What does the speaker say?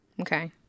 okay